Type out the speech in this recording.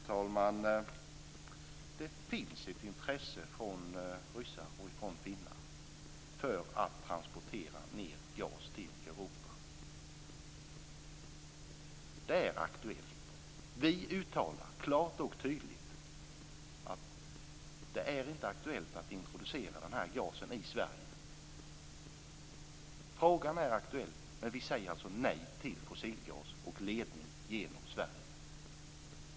Fru talman! Det finns ett intresse hos ryssar och finnar av att transportera ned gas till Europa. Det är aktuellt. Vi uttalar, klart och tydligt, att det inte är aktuellt att introducera den här gasen i Sverige. Frågan är aktuell, men vi säger alltså nej till fossilgas och ledning genom Sverige.